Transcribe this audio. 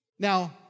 Now